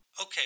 Okay